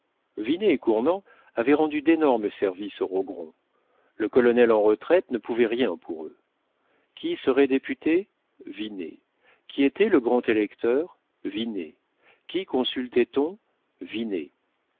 et cournant avaient rendu d'énormes services aux rogron le colonel en retraite ne pouvait rien pour eux qui serait député vinet qui était le grand électeur vinet qui consultait on